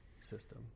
system